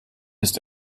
ist